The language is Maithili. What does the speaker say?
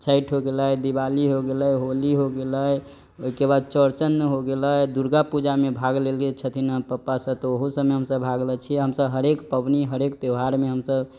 छैठ हो गेलै दिवाली हो गेलै होली हो गेलै ओइकेबाद चौरचन हो गेलै दुर्गापूजा मे भाग लै छथिन हमर पप्पा सब त ओहु सबमे हमसब भाग लै छियै हमसब हरेक पबनी हरेक त्यौहार मे हमसब